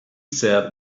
said